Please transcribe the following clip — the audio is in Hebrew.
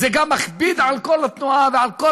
זה גם מכביד על כל התנועה ועל כל,